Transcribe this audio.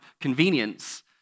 convenience